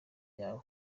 yawe